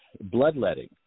bloodletting